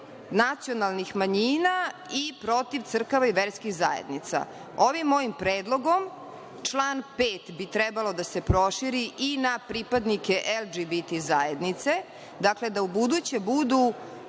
nacionalnih manjina i protiv crkava i verskih zajednica. Ovim mojim predlogom član 5. bi trebalo da se proširi i na pripadnike LGBT zajednice. Dakle, da u buduće budu